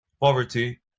poverty